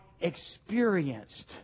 experienced